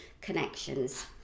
connections